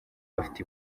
bafite